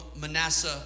Manasseh